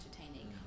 entertaining